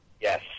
Yes